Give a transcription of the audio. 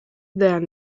there